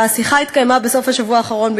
השיחה התקיימה בסוף השבוע האחרון,